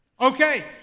Okay